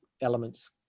elements